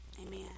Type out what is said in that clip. Amen